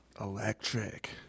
electric